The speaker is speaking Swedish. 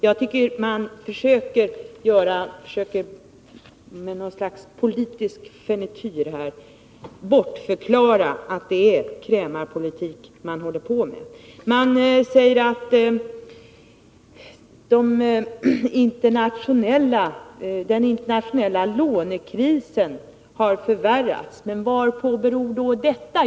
Jag tycker att man här försöker bortförklara att det är krämarpolitik man håller på med. Man säger att den internationella lånekrisen har förvärrats. Men på vad beror då detta?